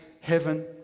heaven